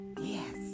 yes